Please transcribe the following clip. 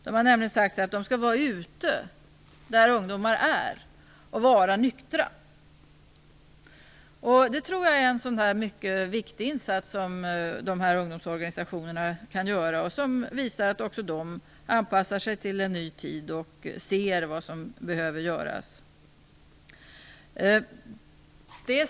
De har nämligen sagt att de skall vara ute där ungdomar är och att de skall vara nyktra. Det tror jag är en viktig insats från de här ungdomsorganisationernas sida som visar att också de anpassar sig till en ny tid och ser vad som behöver göras.